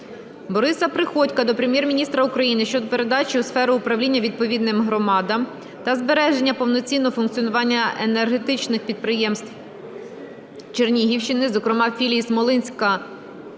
Бориса Приходька до Прем'єр-міністра України щодо передачі у сферу управління відповідним громадам та збереження повноцінного функціонування енергетичних підприємств Чернігівщини, зокрема, філій "Смолинський